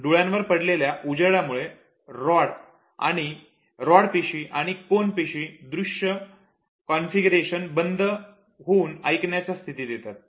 डोळ्यांवर पडणाऱ्या उजेडामुळे रॉड पेशी आणि कोन पेशी दृश्य कन्फिगरेशन बंद होऊन ऐकण्याच्या स्थितीत येतात